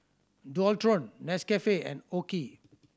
Dualtron Nescafe and OKI